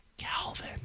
Calvin